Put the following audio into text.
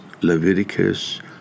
Leviticus